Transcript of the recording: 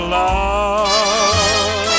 love